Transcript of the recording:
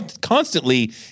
constantly